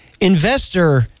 Investor